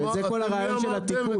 וזה כל הרעיון של התיקון.